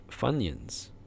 Funyuns